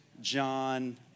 John